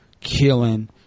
killing